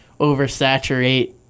oversaturate